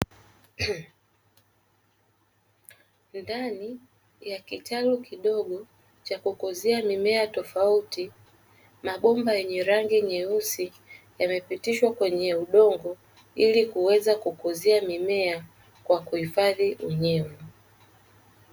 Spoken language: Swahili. Ndani ya kitalu kidogo cha kukuzia mimea tofauti, mabomba yenye rangi nyeusi yamepitishwa kwenye udongo, ili kuweza kukuzia mimea kwa kuhifadhi unyevu.